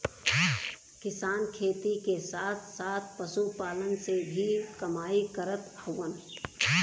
किसान खेती के साथ साथ पशुपालन से भी कमाई करत हउवन